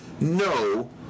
No